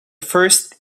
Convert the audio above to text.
first